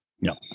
No